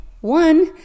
One